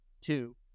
Two